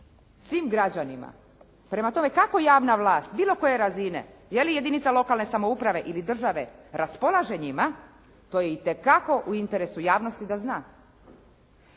svim građanima. Prema tome kako javna vlast bilo koje razine, je li jedinica lokalne samouprave ili države raspolaže njima, to je itekako u interesu javnosti da zna.